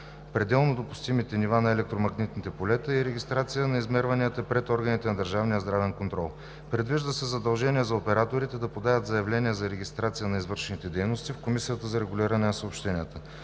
пределно допустимите нива на електромагнитните полета и регистрация на измерванията пред органите на държавния здравен контрол. Предвижда се задължение за операторите да подават заявление за регистрация на извършените дейности в Комисията за регулиране на съобщенията.